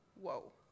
Whoa